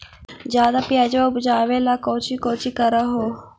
ज्यादा प्यजबा उपजाबे ले कौची कौची कर हो?